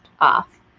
off